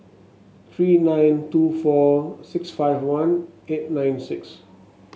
three nine two four six five one eight nine six